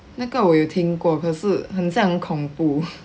那个我有听过可是很像很恐怖